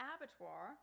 Abattoir